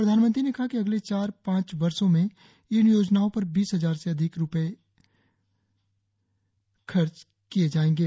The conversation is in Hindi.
प्रधानमंत्री ने कहा कि अगले चार पांच वर्ष में इन योजनाओं पर बीस हजार से अधिक रुपये खर्च किये जायेंगे